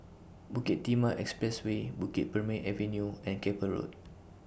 Bukit Timah Expressway Bukit Purmei Avenue and Keppel Road